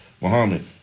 Muhammad